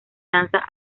danza